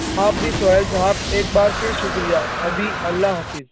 آپ بھی سہیل صاحب ایک بار پھر شکریہ ابھی اللہ حافظ